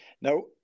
Now